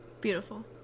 Beautiful